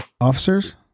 officers